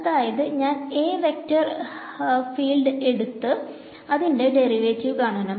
അതായത് ഞാൻ A vector field എടുത്ത് അതിന്റെ ഡെറിവേറ്റിവ് കാണണം